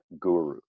guru